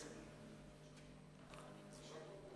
תודה רבה.